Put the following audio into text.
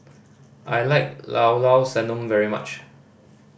I like Llao Llao Sanum very much